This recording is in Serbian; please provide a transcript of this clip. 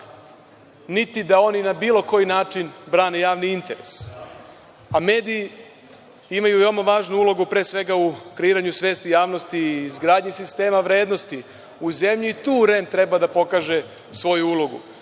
niti da oni na bilo koji način brane javni interes, a mediji imaju veoma važnu ulogu pre svega u kreiranju svesti javnosti i izgradnji sistema vrednosti u zemlji i tu REM treba da pokaže svoju